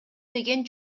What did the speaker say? деген